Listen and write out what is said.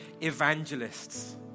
evangelists